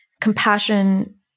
compassion